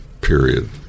period